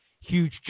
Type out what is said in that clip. huge